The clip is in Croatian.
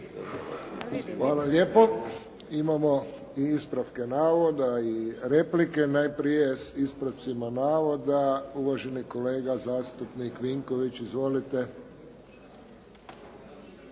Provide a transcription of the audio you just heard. Hvala lijepo. Imamo i ispravke navoda i replike. Najprije s ispravcima navoda. Uvaženi kolega zastupnik Vinković. Izvolite.